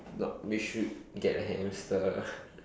but we should get a hamster